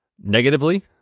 negatively